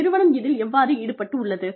நிறுவனம் இதில் எவ்வாறு ஈடுபட்டுள்ளது